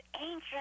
ancient